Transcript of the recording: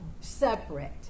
separate